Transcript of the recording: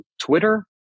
Twitter